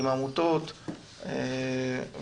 עם העמותות ואחרים.